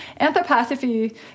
anthroposophy